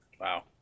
Wow